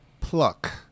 pluck